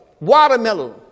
watermelon